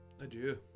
Adieu